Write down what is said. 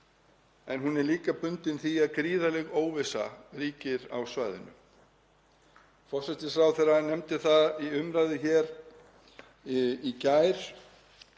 en hún er líka bundin því að gríðarleg óvissa ríkir á svæðinu. Forsætisráðherra nefndi það í umræðu hér í